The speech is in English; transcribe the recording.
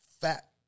fat